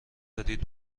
دارید